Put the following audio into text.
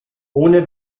ohne